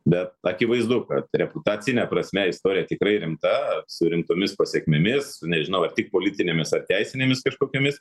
bet akivaizdu kad reputacine prasme istorija tikrai rimta su rimtomis pasekmėmis nežinau ar tik politinėmis ar teisinėmis kažkokiomis